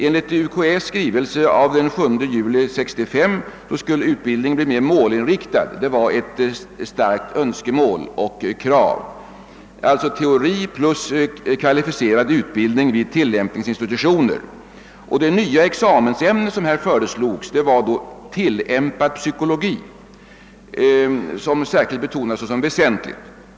Enligt universitetskanslersämbetets skrivelse av den 7 juli 1965 skulle utbildningen bli mer målinriktad och innefatta teori plus kvalificerad tillämpning vid utbildningsinstitutioner — det var ett starkt önskemål, ja, ett krav. Det nya examensämne som föreslogs var tilllämpad psykologi som betonades som särskilt väsentligt.